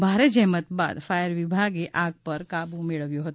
ભારે જહેમત બાદ ફાયર વિભાગે આગ પર કાબુ મેળવ્યો હતો